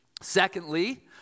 Secondly